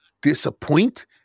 disappoint